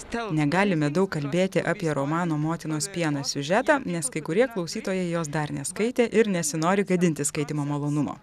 negalime daug kalbėti apie romano motinos pienas siužetą nes kai kurie klausytojai jos dar neskaitė ir nesinori gadinti skaitymo malonumo